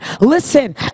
Listen